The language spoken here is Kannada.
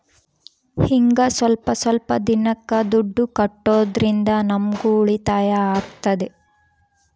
ಹಿಂಗ ಸ್ವಲ್ಪ ಸ್ವಲ್ಪ ದಿನಕ್ಕ ದುಡ್ಡು ಕಟ್ಟೋದ್ರಿಂದ ನಮ್ಗೂ ಉಳಿತಾಯ ಆಗ್ತದೆ